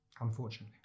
unfortunately